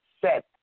set